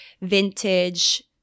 vintage